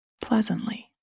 pleasantly